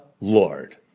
Lord